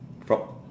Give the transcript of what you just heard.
prop